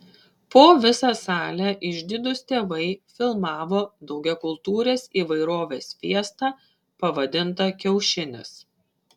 po visą salę išdidūs tėvai filmavo daugiakultūrės įvairovės fiestą pavadintą kiaušinis